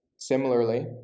Similarly